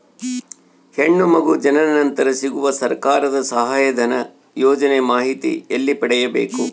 ಹೆಣ್ಣು ಮಗು ಜನನ ನಂತರ ಸಿಗುವ ಸರ್ಕಾರದ ಸಹಾಯಧನ ಯೋಜನೆ ಮಾಹಿತಿ ಎಲ್ಲಿ ಪಡೆಯಬೇಕು?